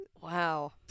Wow